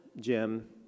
Jim